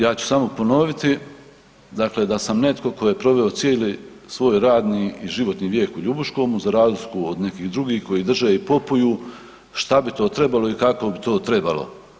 Ja ću samo ponoviti, dakle da sam netko tko je proveo cijeli svoj radni i životni vijek u Ljubuškom za razliku od nekih drugih koji drže i popuju šta bi to trebalo i kako bi to trebalo.